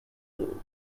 you